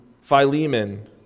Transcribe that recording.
Philemon